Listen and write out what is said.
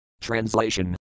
Translation